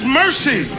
mercy